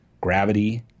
gravity